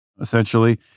essentially